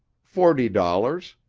forty dollars.